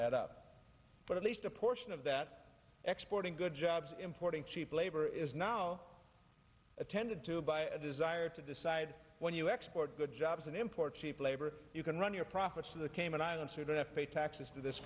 add up but at least a portion of that exporting good jobs importing cheap labor is now attended to by a desire to decide when you export good jobs and import cheap labor you can run your profits to the cayman islands you don't have to pay taxes to this